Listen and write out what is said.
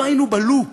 לא היינו בלופ.